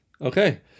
Okay